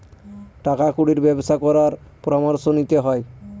টাকা কুড়ির ব্যবসা করার পরামর্শ নিতে হয়